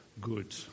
good